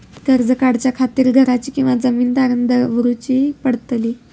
कर्ज काढच्या खातीर घराची किंवा जमीन तारण दवरूची पडतली?